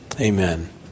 Amen